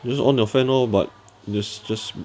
just on your fan lor but just just